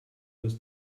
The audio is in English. was